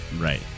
Right